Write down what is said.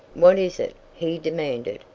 what is it, he demanded,